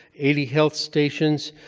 eighty health stations,